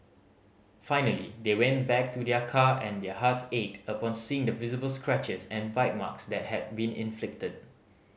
finally they went back to their car and their hearts ached upon seeing the visible scratches and bite marks that had been inflicted